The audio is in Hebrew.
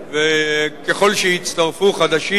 וככל שיצטרפו חדשים,